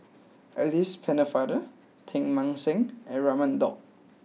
Alice Pennefather Teng Mah Seng and Raman Daud